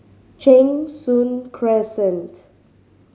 Cheng Soon Crescent